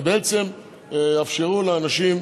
בעצם יאפשרו לאנשים,